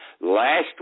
Last